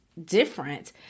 different